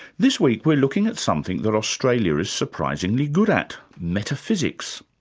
this week, we're looking at something that australia is surprisingly good at metaphysics.